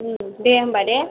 दे होनबा दे